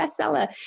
bestseller